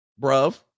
bruv